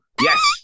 Yes